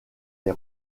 des